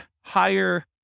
higher